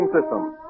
System